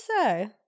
say